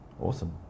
Awesome